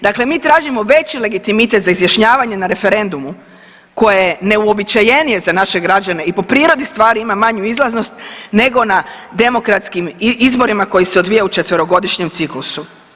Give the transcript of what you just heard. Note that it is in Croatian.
Dakle, mi tražimo veći legitimitet za izjašnjavanje na referendumu koje je neuobičajenije za naše građane i po prirodi stvari ima manju izlaznost nego na demokratskim izborima koji se odvijaju u četverogodišnjem ciklusu.